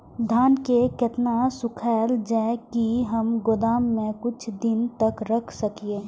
धान के केतना सुखायल जाय की हम गोदाम में कुछ दिन तक रख सकिए?